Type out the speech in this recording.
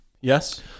Yes